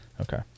okay